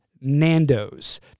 nando's